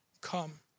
come